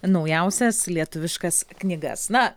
naujausias lietuviškas knygas na